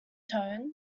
tone